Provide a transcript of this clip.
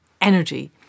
energy